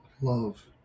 love